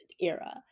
era